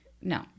No